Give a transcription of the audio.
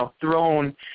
thrown